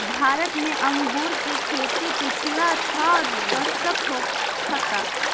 भारत में अंगूर के खेती पिछला छह दशक होखता